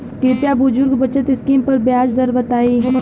कृपया बुजुर्ग बचत स्किम पर ब्याज दर बताई